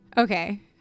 Okay